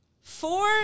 four